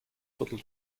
viertel